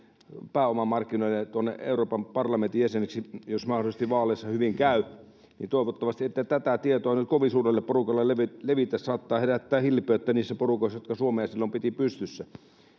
pääomamarkkinoille tuonne euroopan parlamentin jäseneksi jos mahdollisesti vaaleissa hyvin käy toivottavasti ette tätä tietoa nyt kovin suurelle porukalle levitä se saattaa herättää hilpeyttä niissä porukoissa jotka suomea silloin pitivät pystyssä